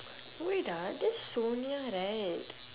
wait ah that's sonia right